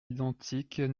identiques